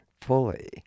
fully